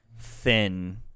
thin